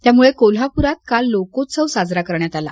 त्यामुळे कोल्हापुरात काल लोकोत्सव साजरा करण्यात आला